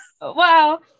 wow